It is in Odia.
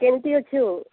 କେମିତି ଅଛୁ